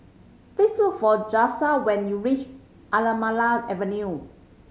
please look for Jalisa when you reach Anamalai Avenue